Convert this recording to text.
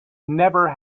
never